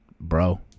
bro